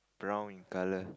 brown in color